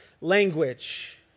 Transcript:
language